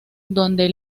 donde